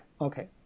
okay